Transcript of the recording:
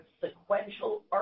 sequential